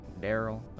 Daryl